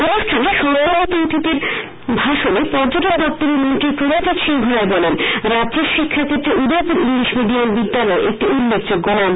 অনুষ্ঠানে সম্মানিত অতিথির ভাষণে পর্যটন দপ্তরের মন্ত্রী প্রনজিত সিংহরায় বলেন রাজ্যের শিক্ষাক্ষেত্রে উদয়পুর ইংলিশ মিডিয়াম বিদ্যালয় একটি উল্লেখযোগ্য নাম